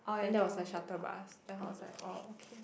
then there was a shuttle bus then I was like oh okay